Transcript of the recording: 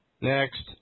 Next